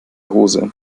hose